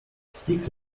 sticks